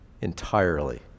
Entirely